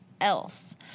else